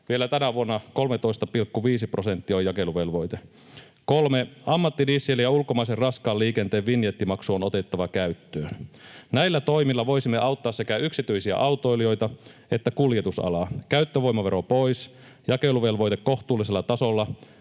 Vielä tänä vuonna 13,5 prosenttia on jakeluvelvoite. 3) Ammattidiesel ja ulkomaisen raskaan liikenteen vinjettimaksu on otettava käyttöön. Näillä toimilla voisimme auttaa sekä yksityisiä autoilijoita että kuljetusalaa. Käyttövoimavero pois, jakeluvelvoite kohtuullisella tasolla,